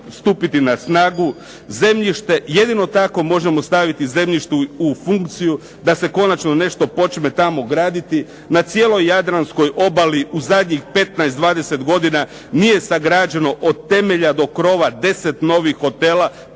zemljište jedino tako možemo staviti zemljište u funkciju da se konačno nešto počne tamo graditi. Na cijeloj jadranskoj obali u zadnjih 15, 20 godina nije sagrađeno od temelja do krova 10 novih hotela,